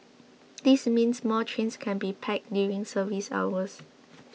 this means more trains can be packed during service hours